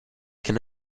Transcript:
can